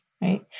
Right